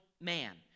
man